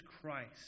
Christ